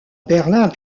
berlin